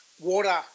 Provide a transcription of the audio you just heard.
Water